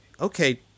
okay